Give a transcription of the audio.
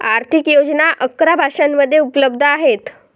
आर्थिक योजना अकरा भाषांमध्ये उपलब्ध आहेत